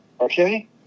Okay